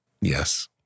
Yes